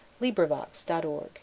LibriVox.org